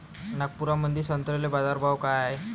नागपुरामंदी संत्र्याले बाजारभाव काय हाय?